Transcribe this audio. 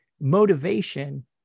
motivation